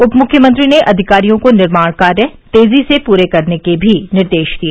उप मुख्यमंत्री ने अधिकारियों को निर्माण कार्य तेजी से पूरे करने के भी निर्देश दिए